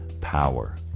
power